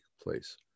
place